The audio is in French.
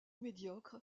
médiocre